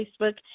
Facebook